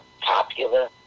popular